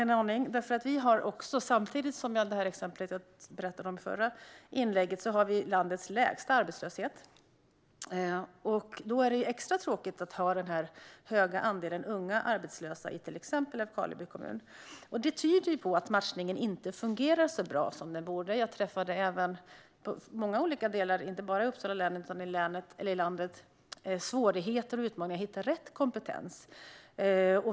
Jag tog ju upp ett exempel därifrån i mitt förra inlägg. Eftersom vi har landets lägsta arbetslöshet är det extra tråkigt att ha en så hög andel unga arbetslösa som i Älvkarleby kommun. Detta tyder på att matchningen inte fungerar så bra som den borde. Jag har inte bara i Uppsala län utan på många ställen i landet stött på svårigheter och utmaningar i att hitta rätt kompetens.